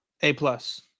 A-plus